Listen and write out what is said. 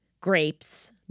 grapes